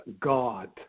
God